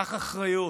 קח אחריות,